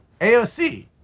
AOC